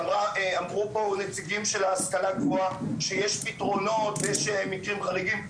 ואמרו פה נציגים של ההשכלה הגבוהה שיש פתרונות ויש מקרים חריגים,